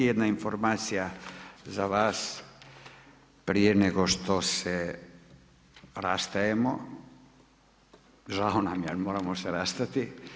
Jedna informacija za vas prije nego što se rastajemo, žao nam je ali moramo se rastati.